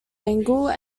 angle